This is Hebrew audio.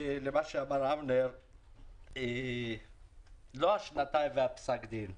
למה שאמר אבנר, לא השנתיים והפסק דין.